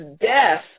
death